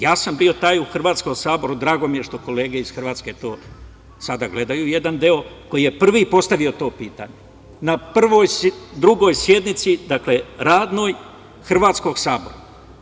Ja sam bio taj u Hrvatskom saboru, drago mi je što kolege iz Hrvatske to sada gledaju, jedan deo, koji je prvi postavio to pitanje na Drugoj sednici radnoj Hrvatskog sabora.